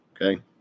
Okay